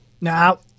Now